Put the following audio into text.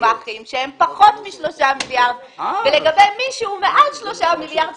הגמ"חים שהם פחות מ-3 מיליארד שקלים ולגבי מי שהוא מעל 3 מיליארד שקלים,